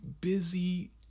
busy